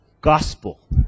gospel